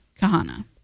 Kahana